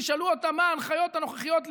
תשאלו אותם מה ההנחיות הנוכחיות להיום,